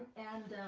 and,